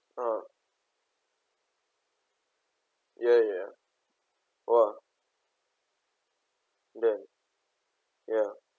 uh ya ya !wah! then ya